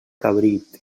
cabrit